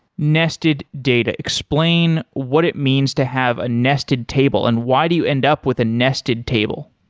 nested data. explain what it means to have a nested table and why do you end up with a nested table?